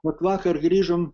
vat vakar grįžom